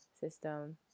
system